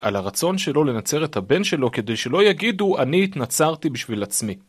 על הרצון שלו לנצר את הבן שלו כדי שלא יגידו אני התנצרתי בשביל עצמי.